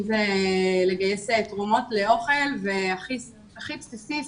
אם זה לגייס תרומות לאוכל הכי בסיסי,